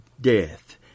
death